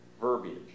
verbiage